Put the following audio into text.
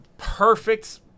Perfect